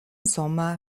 sommer